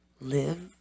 live